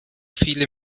viele